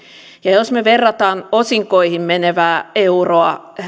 ja jos me vertaamme osinkoihin menevää euroa